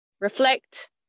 reflect